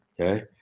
Okay